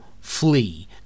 flee